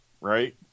Right